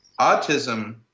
autism